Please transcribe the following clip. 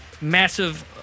massive